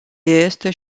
este